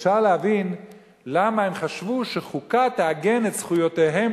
ואפשר להבין למה הם חשבו שחוקה תעגן את זכויותיהם